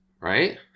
Right